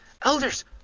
Elders